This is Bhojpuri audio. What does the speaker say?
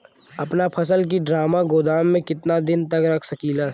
अपना फसल की ड्रामा गोदाम में कितना दिन तक रख सकीला?